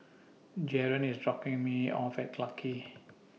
Jaren IS dropping Me off At Clarke Quay